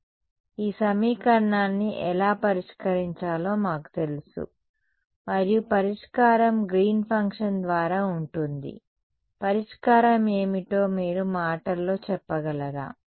కాబట్టి ఈ సమీకరణాన్ని ఎలా పరిష్కరించాలో మాకు తెలుసు మరియు పరిష్కారం గ్రీన్ ఫంక్షన్ ద్వారా ఉంటుంది పరిష్కారం ఏమిటో మీరు మాటల్లో చెప్పగలరా